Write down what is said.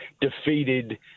defeated